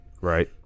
Right